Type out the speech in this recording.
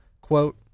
quote